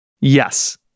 Yes